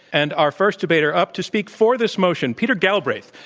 and our first debater up to speak for this motion, peter galbraith.